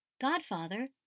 Godfather